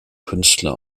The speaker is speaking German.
künstler